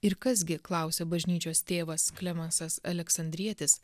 ir kas gi klausia bažnyčios tėvas klemensas aleksandrietis